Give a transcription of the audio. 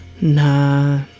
nah